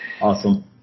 Awesome